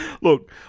Look